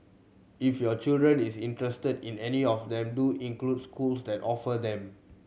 if your children is interested in any of them do include schools that offer them